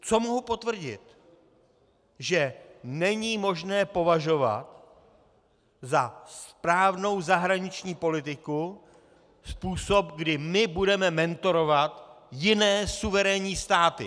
Co mohu potvrdit, že není možné považovat za správnou zahraniční politiku způsob, kdy my budeme mentorovat jiné suverénní státy.